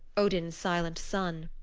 odin's silent son.